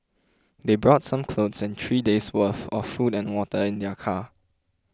they brought some clothes and three days' worth of food and water in their car